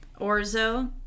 orzo